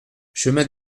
chemin